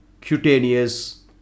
cutaneous